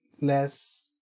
less